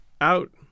out